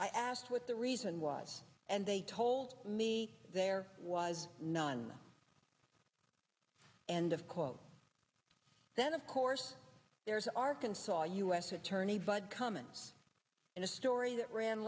i asked what the reason was and they told me there was none and of quote then of course there is arkansas u s attorney bud cummins in a story that ran